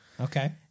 Okay